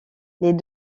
les